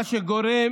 מה שגורם